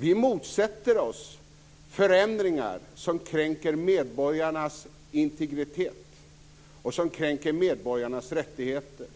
Vi motsätter oss förändringar som kränker medborgarnas integritet och rättigheter.